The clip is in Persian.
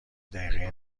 دقیقه